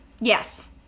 Yes